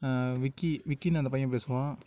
விக்கி விக்கினு அந்த பையன் பேசுவான்